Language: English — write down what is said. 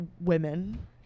women